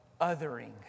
othering